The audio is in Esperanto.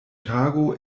tago